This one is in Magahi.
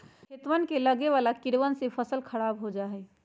खेतवन में लगवे वाला कीड़वन से फसल खराब हो जाहई